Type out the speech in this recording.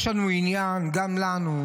יש לנו עניין, גם לנו,